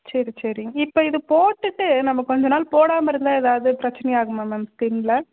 சரி சரி இப்போ இது போட்டுகிட்டு நம்ப கொஞ்சம் நாள் போடாமல் இருந்தால் ஏதாவது பிரச்சினை ஆகுமா மேம் ஸ்கினில்